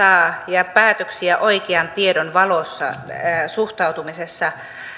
ja päätöksiä oikean tiedon valossa suhtautumisessa